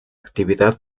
actividad